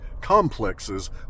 complexes